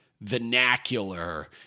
vernacular